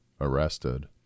arrested